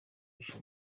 yishe